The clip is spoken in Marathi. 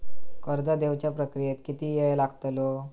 कर्ज देवच्या प्रक्रियेत किती येळ लागतलो?